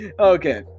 Okay